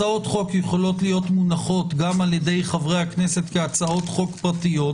הצעות חוק יכולות להיות מונחות גם על ידי חברי הכנסת כהצעות חוק פרטיות,